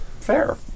fair